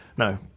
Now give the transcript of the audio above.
No